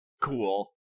Cool